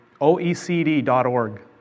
OECD.org